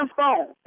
phone